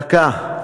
דקה.